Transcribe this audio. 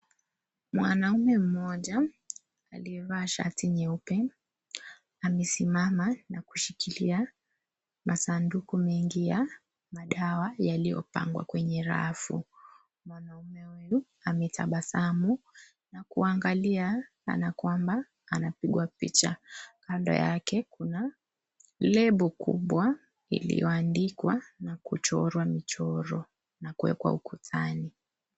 Mwanaume mmoja, aliyevaa shati nyeupe, amesimama na kushikilia masanduku mengi ya madawa yaliyopangwa kwenye rafu. Mwanaume huyu ametabasamu na kuangalia kana kwamba anapigwa picha. Kando yake kuna lebo kubwa iliyoandikwa na kuchorwa michoro, na kuwekwa ukutani.